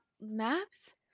maps